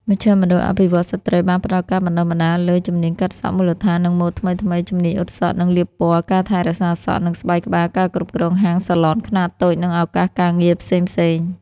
មជ្ឈមណ្ឌលអភិវឌ្ឍន៍ស្ត្រី បានផ្តល់ការបណ្តុះបណ្តាលលើ ជំនាញកាត់សក់មូលដ្ឋាន និងម៉ូដថ្មីៗ ជំនាញអ៊ុតសក់ និងលាបពណ៌ ការថែរក្សាសក់ និងស្បែកក្បាល ការគ្រប់គ្រងហាងសាឡនខ្នាតតូច និងឱកាសការងារផ្សេងៗ។